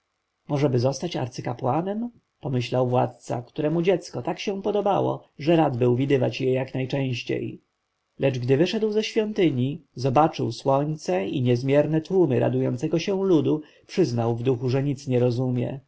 możeby zostać arcykapłanem pomyślał władca któremu dziecko tak się podobało że rad był widywać je jak najczęściej lecz gdy wyszedł ze świątyni zobaczył słońce i niezmierny tłum radującego się ludu przyznał w duchu że nic nie rozumie